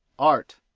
art.